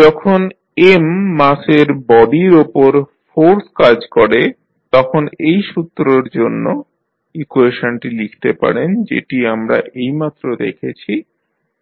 যখন M মাসের বডির ওপর ফোর্স কাজ করে তখন এই সূত্রর জন্য ইকুয়েশনটি লিখতে পারেন যেটি আমরা এইমাত্র দেখেছি